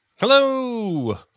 Hello